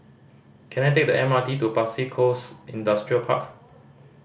can I take the M R T to Pasir Coast Industrial Park